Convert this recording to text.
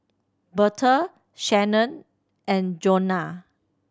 Berta Shannen and Johnna